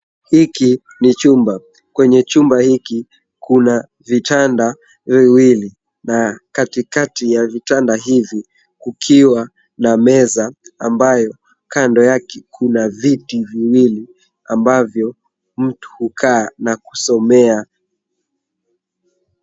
Hiki ni chumba, kwenye chumba hiki kuna vitanda viwili, na katikati ya vitanda hivi kukiwa na meza ambayo kando kuna viti viwili ambavyo mtu hukaa na kusomea.